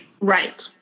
Right